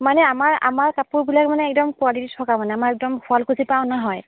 মানে আমাৰ আমাৰ কাপোৰবিলাক মানে একদম কুৱালিটি থকা মানে আমাৰ একদম শুৱালকুছিৰ পৰা অনা হয়